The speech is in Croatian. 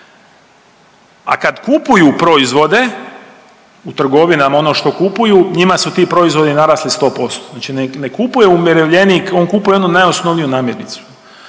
A kad kupuju proizvode u trgovinama ono što kupuju, njima su ti proizvodi narasli 100%. Znači ne kupuje umirovljenik, on kupuje onu najosnovniju namirnicu